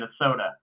Minnesota